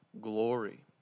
glory